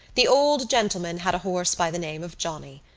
the old gentleman had a horse by the name of johnny.